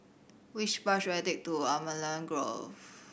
which bus should I take to Allamanda Grove